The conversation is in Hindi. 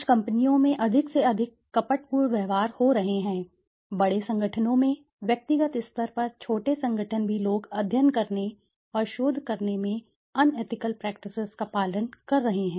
आज कंपनियों में अधिक से अधिक कपटपूर्ण व्यवहार हो रहे हैं बड़े संगठनों में व्यक्तिगत स्तर पर छोटे संगठन भी लोग अध्ययन करने और शोध करने में अनएथिकल प्रैक्टिसेस का पालन कर रहे हैं